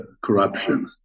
corruption